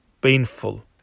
painful